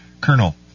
Colonel